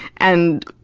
and,